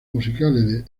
musicales